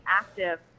active